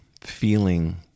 feeling